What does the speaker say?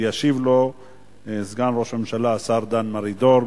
וישיב לו סגן ראש הממשלה השר דן מרידור.